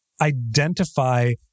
identify